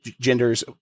genders